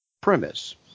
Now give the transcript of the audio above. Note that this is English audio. premise